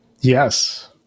Yes